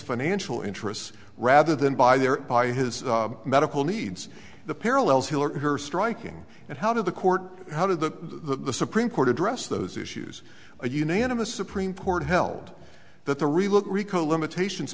financial interests rather than by their by his medical needs the parallels heeler her striking and how did the court how did the supreme court address those issues a unanimous supreme court held that the relook rico limitations